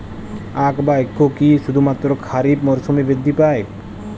আখ বা ইক্ষু কি শুধুমাত্র খারিফ মরসুমেই বৃদ্ধি পায়?